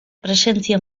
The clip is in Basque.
presentzia